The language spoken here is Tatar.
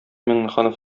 миңнеханов